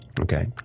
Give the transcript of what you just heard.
Okay